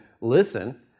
listen